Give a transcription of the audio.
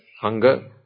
hunger